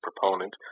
proponent